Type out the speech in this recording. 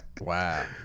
Wow